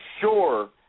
sure